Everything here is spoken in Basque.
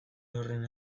horren